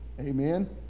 Amen